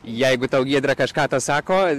jeigu tau giedre kažką tas sako